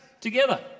together